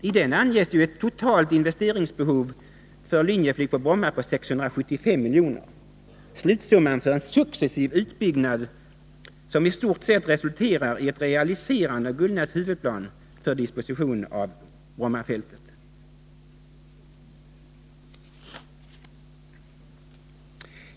I den anges ett totalt investeringsbehov vid alternativet ”Linjeflyg på Bromma” på 675 milj.kr., slutsumman för en successiv utbyggnad som i stort sett resulterar i ett realiserande av Ingvar Gullnäs huvudplan för disposition av Brommafältet.